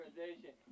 organization